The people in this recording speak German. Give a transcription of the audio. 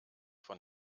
von